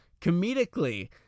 comedically